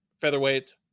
featherweight